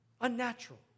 unnatural